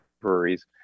breweries